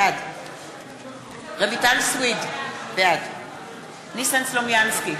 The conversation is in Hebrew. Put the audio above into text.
בעד רויטל סויד, בעד ניסן סלומינסקי,